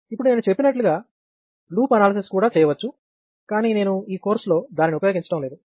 ఇప్పుడు నేను చెప్పినట్లుగా లూప్ అనాలసిస్ కూడా చేయవచ్చు కానీ నేను ఈ కోర్సులో దానిని ఉపయోగించటం లేదు